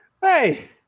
Hey